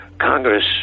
Congress